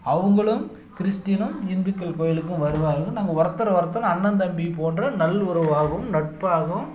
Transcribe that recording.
அவங்களும் கிறிஸ்டீனும் இந்துக்கள் கோவிலுக்கும் வருவார்கள் நாங்கள் ஒருத்தருக்கொருத்தர் அண்ணன் தம்பி போன்ற நல் உறவாகவும் நட்பாகவும்